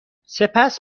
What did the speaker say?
سپس